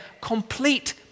Complete